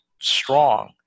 strong